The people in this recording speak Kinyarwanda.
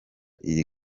iyi